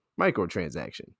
microtransaction